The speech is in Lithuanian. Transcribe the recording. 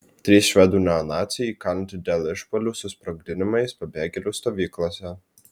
trys švedų neonaciai įkalinti dėl išpuolių su sprogdinimais pabėgėlių stovyklose